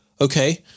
Okay